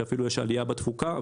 שאפילו יש עלייה בתפוקה,